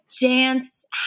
dance